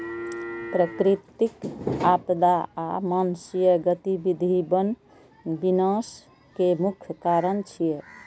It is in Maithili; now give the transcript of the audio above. प्राकृतिक आपदा आ मानवीय गतिविधि वन विनाश के मुख्य कारण छियै